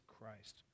Christ